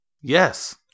Yes